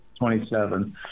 27